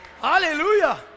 hallelujah